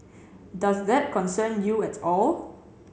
does that concern you at all